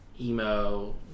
Emo